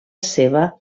seva